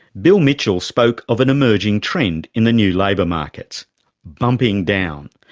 bill mitchell spoke of an emerging trend in the new labour markets bumping down.